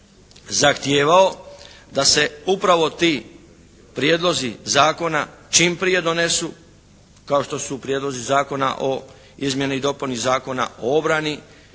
zahtijevao da se upravo ti prijedlozi zakona čim prije donesu, kao što su prijedlozi Zakona o izmjeni i dopuni Zakona o obrani,